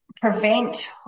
prevent